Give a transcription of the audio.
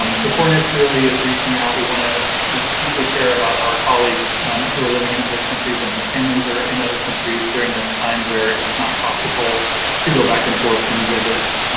um so cornish really is reaching out. we want to deeply care about our colleagues who are living in other countries and whose families are in other countries during this time where it's not possible to go back and forth and visit.